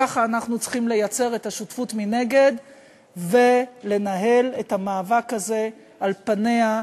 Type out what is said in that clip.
ככה אנחנו צריכים לייצר את השותפות מנגד ולנהל את המאבק הזה על פניה,